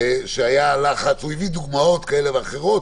הוא הביא דוגמאות כאלה ואחרות